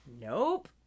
nope